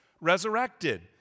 resurrected